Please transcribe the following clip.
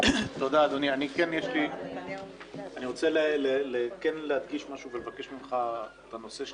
אני רוצה להדגיש משהו ולבקש ממך את הנושא של